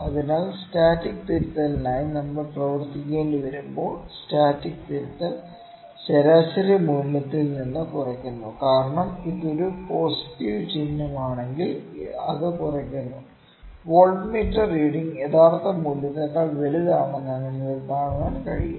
അതിനാൽ സ്റ്റാറ്റിക് തിരുത്തലിനായി നമ്മൾ പ്രവർത്തിക്കേണ്ടിവരുമ്പോൾ സ്റ്റാറ്റിക് തിരുത്തൽ ശരാശരി മൂല്യത്തിൽ നിന്ന് കുറയ്ക്കുന്നു കാരണം ഇത് ഒരു പോസിറ്റീവ് ചിഹ്നമാണെങ്കിൽ അത് കുറയ്ക്കുന്നു വോൾട്ട്മീറ്റർ റീഡിങ് യഥാർത്ഥ മൂല്യത്തേക്കാൾ വലുതാണെന്ന് നിങ്ങൾക്ക് കാണാൻ കഴിയും